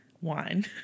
wine